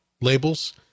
labels